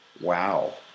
Wow